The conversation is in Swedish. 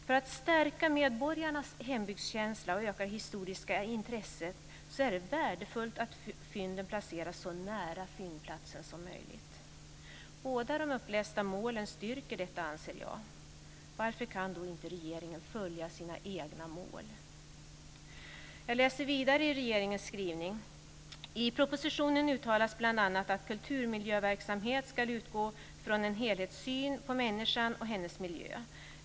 För att stärka medborgarnas hembygdskänsla och öka det historiska intresset är det värdefullt att fynden placeras så nära fyndplatsen som möjligt. Båda de upplästa målen styrker detta, anser jag. Varför kan då inte regeringen följa sina egna mål? Jag läser vidare i regeringens skrivning: I propositionen uttalas bl.a. att kulturmiljöverksamheten ska utgå från en helhetssyn på människan och hennes miljö.